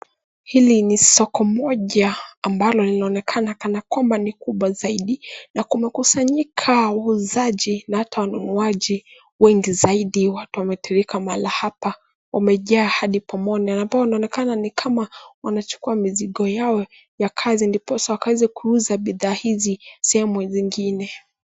Hili ni soko moja ambalo linaonekana kana kwamba ni kubwa zaidi, na kumekusanyika wauzaji na hata wanunuaji wengi zaidi. Watu wametiririka mahala hapa, wamejaa hadi pumoni, na pia inaonekana ni kama wanachukua mizigo yao ya kazi, ndiposa wakaweze kuuza bidhaa hizi sehemu zingine.